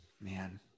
Man